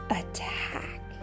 attack